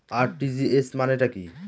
RTGS মানে টা কি?